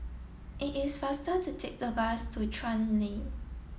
it is faster to take the bus to Chuan Lane